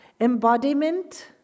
embodiment